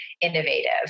innovative